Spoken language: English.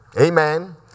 amen